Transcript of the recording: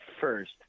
First